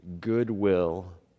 goodwill